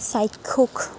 চাক্ষুষ